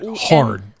hard